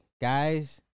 guys